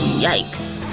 yikes!